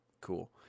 cool